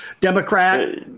Democrat